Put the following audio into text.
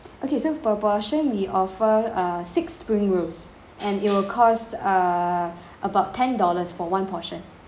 okay so per portion we offer uh six spring rolls and it will cost err about ten dollars for one portion